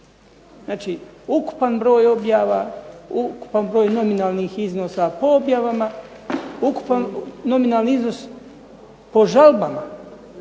Znači ukupan broj objava, ukupan broj nominalnih iznosa po objavama, nominalni iznos po žalbama,